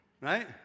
Right